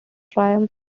triumph